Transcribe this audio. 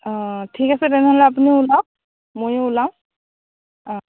অ' ঠিক আছে তেনেহ'লে আপুনি উলাওক মইও উলাও অ'